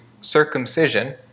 circumcision